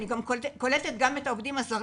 אני גם קולטת גם את העובדים הזרים.